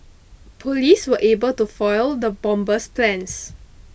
police were able to foil the bomber's plans